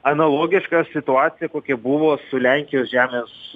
analogiška situacija kokia buvo su lenkijos žemės